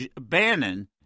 Bannon